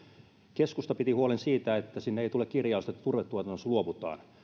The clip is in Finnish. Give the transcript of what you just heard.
keskusta piti huolen siitä että sinne ei tule kirjausta että turvetuotannosta luovutaan